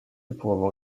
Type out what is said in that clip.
avoir